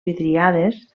vidriades